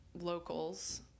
locals